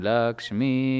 Lakshmi